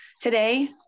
today